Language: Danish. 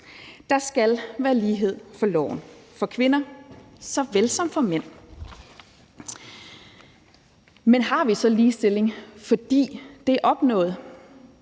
Der skal være lighed for loven – for kvinder såvel som for mænd. Men har vi så ligestilling, fordi det er opnået?